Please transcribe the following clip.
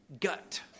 gut